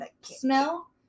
smell